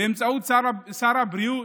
באמצעות שר הבריאות